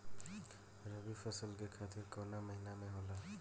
रवि फसल के खेती कवना महीना में होला?